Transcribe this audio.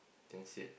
that's it